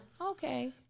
Okay